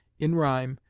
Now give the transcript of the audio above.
in rhyme,